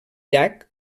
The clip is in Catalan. llac